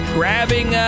grabbing